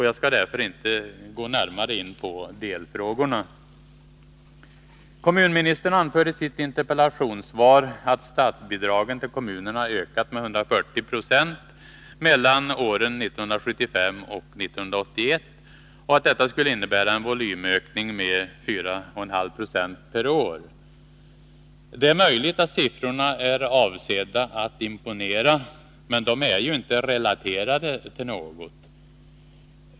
Jag skall därför inte gå närmare in på delfrågorna. Kommunministern anför i sitt interpellationssvar att statsbidragen till kommunerna ökat med 140 96 mellan åren 1975 och 1981 och att detta skulle innebära en volymökning med 4,5 96 per år. Det är möjligt att siffrorna är avsedda att imponera, men det är ju inte relaterade till något.